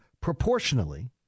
proportionally